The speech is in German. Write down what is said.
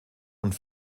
und